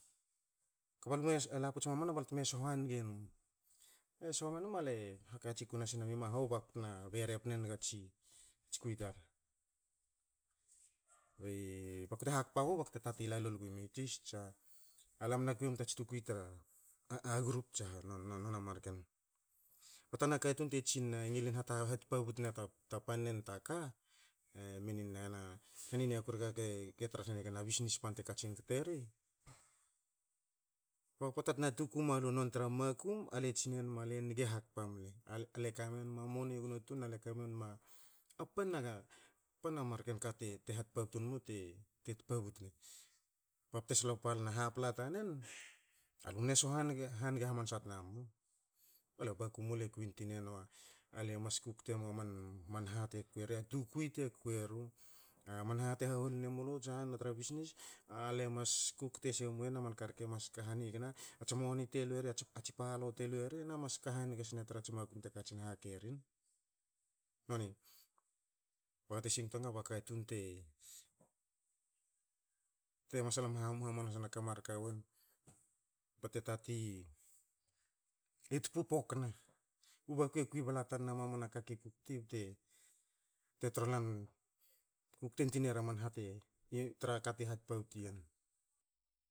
Kba alue laputs mamana bakte me sho hange num. Le sho menum, ale hakatsin ku nasinenma mahou baku tna bere pne nga a tsi a tsi kwi tar. ba ku te hakpa gu bte tatin la lol gui tis tsa, alam ena kui mu ta tsi tukwi tra a grup tsa ha, non- non a marken. Ba tana katun te tsina e ngilin ha tpabtu ena ta- ta pannen ta ka, e minin na ena- e minin na heni niaku rek, ge tra senga bisnis bante katsin kte ri, ba poata tena tuku mualu non tra makum, ale tsinenma le nge hakpa mle. Ale- ale kame nom a moni e gono tun na le kamenma a- a pannen ka, pannen marken ka te ha tpabtu nma te tpabutne. Bte slople na hapla tanen, alu mne sho hange, hange hamansa tna mu, ba baku mulu e kwintinenua a le mas kukte nom a man- a man ha te kwe e ri tukwi te kweru. A man ha te haholine mulu tsaha na bisnis, ale mas kukte semuen. A man ka rke mas ka hanigna, a tsi moni te lueru, a tsi palou te lueri na mas ka haniga sne tra tsi makum te katsin hake rin, noni. Baga te singto nga ba katun te- te masal hamhamu hamanasna ka mar ka wen bate tatin e tpu pokna. U baku e kwi bla tana mamanaka ke kukti bte te tor lan, kukte nitoa neri a man ha te e- e tara ka ti hatpabut ien.